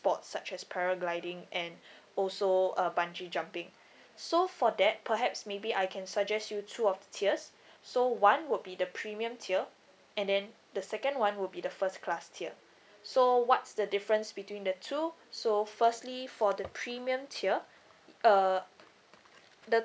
sport such as paragliding and also uh bungee jumping so for that perhaps maybe I can suggest you two of the tiers so one would be the premium tier and then the second one would be the first class tier so what's the difference between the two so firstly for the premium tier uh the